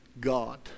God